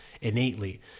innately